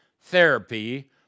therapy